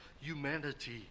humanity